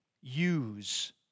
use